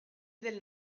del